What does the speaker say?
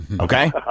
Okay